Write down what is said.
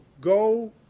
go